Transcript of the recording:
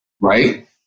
right